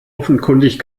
offenkundig